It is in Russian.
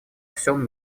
всем